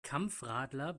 kampfradler